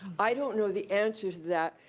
i don't know the answer to that,